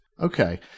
Okay